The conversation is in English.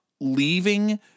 leaving